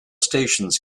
stations